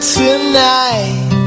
tonight